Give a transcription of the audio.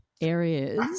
areas